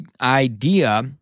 idea